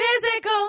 physical